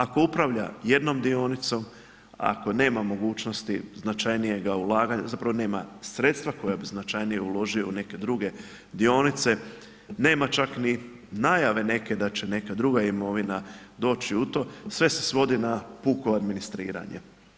Ako upravlja jednom dionicom, ako nema mogućnosti značajnijega ulaganje, zapravo nema sredstva koja bi značajnije uložio u neke druge dionice, nema čak ni najave neke da će neka druga imovina doći u to, sve se svodi na puko administriranje.